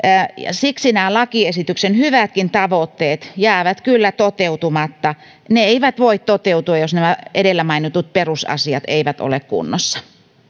siksi nämä lakiesityksen hyvätkin tavoitteet jäävät kyllä toteutumatta ne eivät voi toteutua jos nämä edellä mainitut perusasiat eivät ole kunnossa